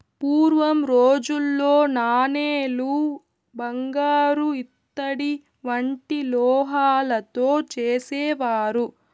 పూర్వం రోజుల్లో నాణేలు బంగారు ఇత్తడి వంటి లోహాలతో చేసేవారు